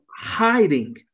Hiding